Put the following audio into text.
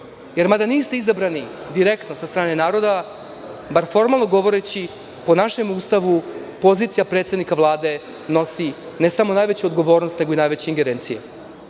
poziciji. Niste izabrani direktno od strane naroda, bar formalno govoreći po našem Ustavu pozicija predsednika Vlade nosi najveću odgovornost i najveće ingerencije.